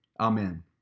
Amen